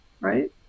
right